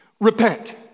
Repent